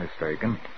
mistaken